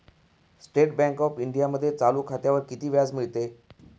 State bank of इंडियामध्ये चालू खात्यावर किती व्याज मिळते?